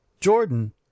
Jordan